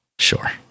sure